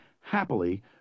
happily